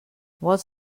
vols